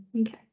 Okay